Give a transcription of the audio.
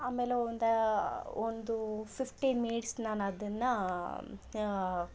ಆಮೇಲೆ ಒಂದು ಒಂದು ಫಿಫ್ಟಿನ್ ಮಿನಿಟ್ಸ್ ನಾನು ಅದನ್ನು